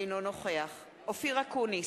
אינו נוכח אופיר אקוניס,